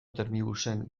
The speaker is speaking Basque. termibusen